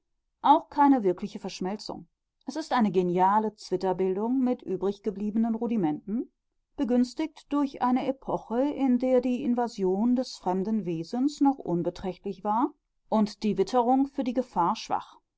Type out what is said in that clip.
auch keine wirkliche verschmelzung es ist eine geniale zwitterbildung mit übriggebliebenen rudimenten begünstigt durch eine epoche in der die invasion des fremden wesens noch unbeträchtlich war und die witterung für die gefahr schwach